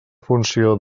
funció